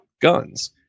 guns